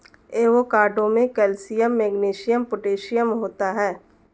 avocado में calcium magnesium potassium होता है